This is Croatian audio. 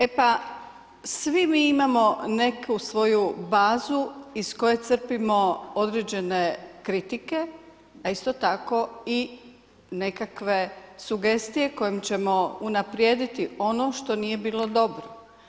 E pa, svi mi imamo neku svoju bazu iz koje crpimo određene kritike a isto tako i nekakve sugestije kojima ćemo unaprijediti ono što nije bilo dobro.